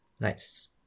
nice